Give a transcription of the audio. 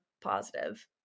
positive